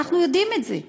אנחנו יודעים את זה.